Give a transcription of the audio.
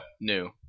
New